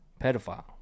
pedophile